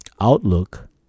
outlook